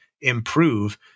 improve